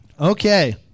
Okay